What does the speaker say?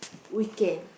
weekend